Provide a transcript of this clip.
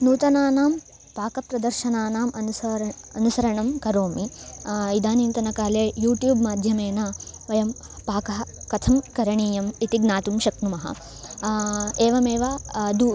नूतनानां पाकप्रदर्शनानाम् अनुसारम् अनुसरणं करोमि इदानींतनकाले यूट्यूब् माध्यमेन वयं पाकः कथं करणीयम् इति ज्ञातुं शक्नुमः एवमेव दूरं